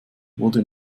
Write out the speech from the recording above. wurde